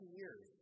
years